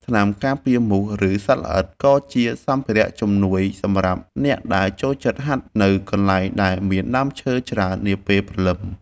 ថ្នាំការពារមូស ឬសត្វល្អិត ក៏ជាសម្ភារៈជំនួយសម្រាប់អ្នកដែលចូលចិត្តហាត់នៅកន្លែងដែលមានដើមឈើច្រើននាពេលព្រលឹម។